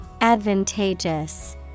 Advantageous